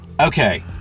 Okay